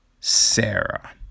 Sarah